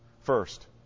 First